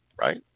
right